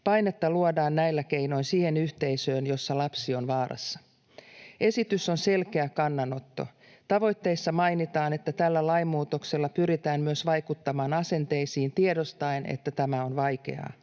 Painetta luodaan näillä keinoin siihen yhteisöön, jossa lapsi on vaarassa. Esitys on selkeä kannanotto. Tavoitteissa mainitaan, että tällä lainmuutoksella pyritään myös vaikuttamaan asenteisiin tiedostaen, että tämä on vaikeaa.